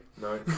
No